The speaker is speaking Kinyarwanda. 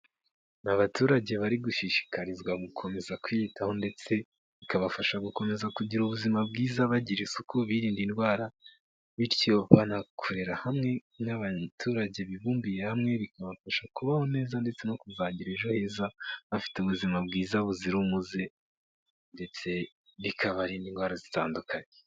Abaturage bari gushishikarizwa gukomeza kwiyitaho ndetse bikabafasha gukomeza kugira ubuzima bwiza bagira isuku birinda indwara bityo banakorera hamwe, ni abaturage bibumbiye hamwe bikabafasha kubaho neza ndetse no kuzagira ejo heza bafite ubuzima bwiza buzira umuze ndetse bikabarinda indwara zitandukanye.